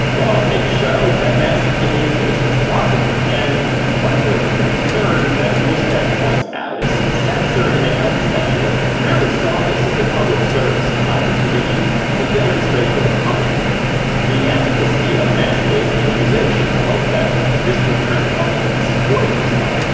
well, it showed that mass immunization is plausible. and one of the concerns that newstead points out is censer and the health specialists really saw this as a public service, an opportunity to demonstrate to the public the efficacy of mass based immunization in the hope that this would turn the public into supporting this type.